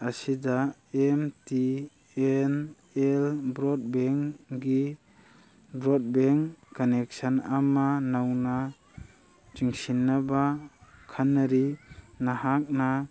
ꯑꯁꯤꯗ M T N L ꯕ꯭ꯔꯣꯠ ꯕꯦꯟꯒꯤ ꯕ꯭ꯔꯣꯠꯕꯦꯟ ꯀꯟꯅꯦꯛꯁꯟ ꯑꯃ ꯅꯧꯅ ꯆꯤꯡꯁꯤꯟꯅꯕ ꯈꯟꯅꯔꯤ ꯅꯍꯥꯛꯅ